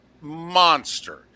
monster